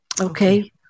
okay